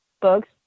books